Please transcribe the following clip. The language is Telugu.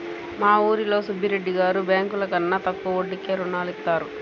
మా ఊరిలో సుబ్బిరెడ్డి గారు బ్యేంకుల కన్నా తక్కువ వడ్డీకే రుణాలనిత్తారు